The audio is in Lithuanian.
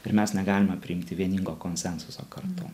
ir mes negalime priimti vieningo konsensuso kartu